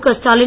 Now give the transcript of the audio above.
கஸ்டாலின்